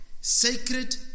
sacred